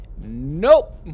Nope